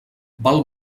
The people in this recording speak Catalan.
val